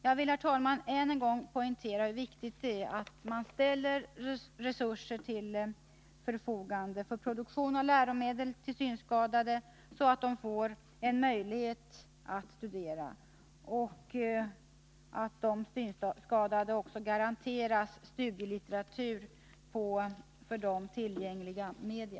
Jag vill, herr talman, än en gång poängtera hur viktigt det är att man ställer resurser till förfogande för produktion av läromedel till synskadade så att de får en möjlighet att studera och att de synskadade garanteras studielitteratur på för dem tillgängliga media.